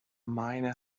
miner